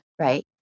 Right